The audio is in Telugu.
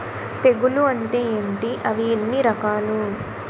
తెగులు అంటే ఏంటి అవి ఎన్ని రకాలు?